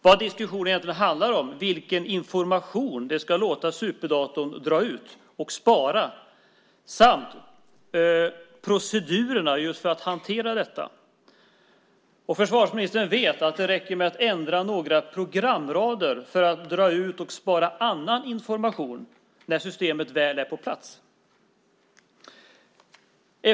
Vad diskussionen egentligen handlar om är vilken information som systemet ska låta superdatorn dra ut och spara samt procedurerna för att hantera detta. Försvarsministern vet att det när systemet väl är på plats räcker med att ändra några programrader för att det ska vara möjligt att dra ut och spara annan information.